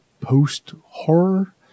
post-horror